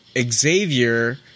Xavier